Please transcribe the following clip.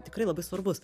tikrai labai svarbus